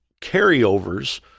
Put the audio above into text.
carryovers